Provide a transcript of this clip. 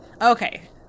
Okay